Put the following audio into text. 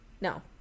No